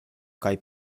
kaj